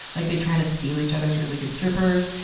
like, they try to steal each other's really good strippers.